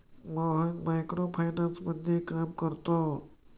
Mohan micro फायनान्समध्ये काम करतो